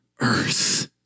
earth